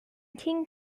king